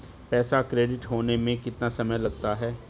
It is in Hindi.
पैसा क्रेडिट होने में कितना समय लगता है?